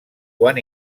quan